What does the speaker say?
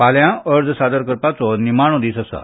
फाल्यां अर्ज सादर करपाचो निमाणो दीस आसा